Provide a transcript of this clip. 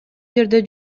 жерде